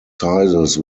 sizes